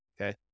Okay